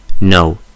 no